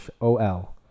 O-L